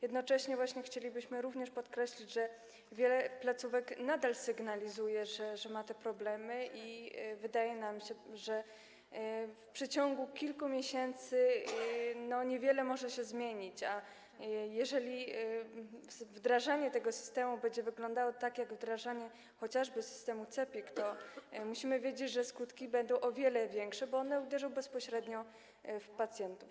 Jednocześnie chcielibyśmy podkreślić, że wiele placówek nadal sygnalizuje, że ma te problemy, i wydaje nam się, że w ciągu kilku miesięcy niewiele może się zmienić, a jeżeli wdrażanie tego systemu będzie wyglądało tak, jak wdrażanie chociażby systemu CEPiK, to musimy wiedzieć, że skutki będą o wiele większe, bo uderzą bezpośrednio w pacjentów.